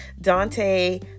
Dante